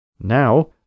Now